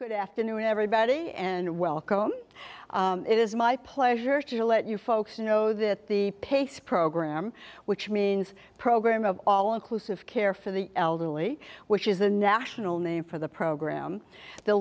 good afternoon everybody and welcome it is my pleasure to let you folks know that the pace program which means program of all inclusive care for the elderly which is the national name for the program the